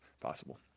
possible